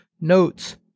notes